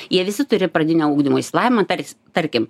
jie visi turi pradinio ugdymo išsilavinimą tars tarkim